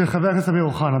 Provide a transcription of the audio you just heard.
של חבר הכנסת אמיר אוחנה.